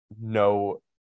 no